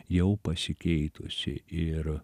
jau pasikeitusi ir